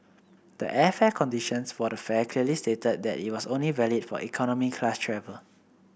the airfare conditions for the fare clearly stated that it was only valid for economy class travel